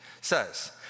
says